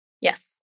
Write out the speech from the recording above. Yes